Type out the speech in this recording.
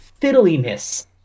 fiddliness